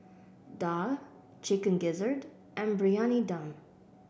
Daal Chicken Gizzard and Briyani Dum